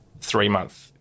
three-month